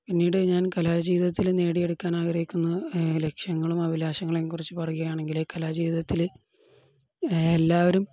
പിന്നീട് ഞാൻ കലാജീവിതത്തില് നേടിയെടുക്കാൻ ആഗ്രഹിക്കുന്ന ലക്ഷ്യങ്ങളും അഭിലാഷങ്ങളെയും കുറിച്ചു പറയുകയാണെങ്കില് കലാജീവിതത്തില് എല്ലാവരും